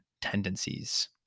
tendencies